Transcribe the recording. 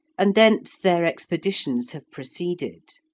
and thence their expeditions have proceeded.